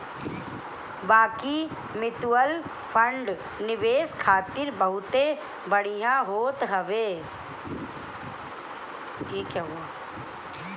बाकी mutual fund निवेश खातिर बहुते बढ़िया होत हवे